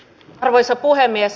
arvoisa puhemies